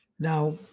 Now